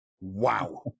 Wow